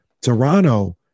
Toronto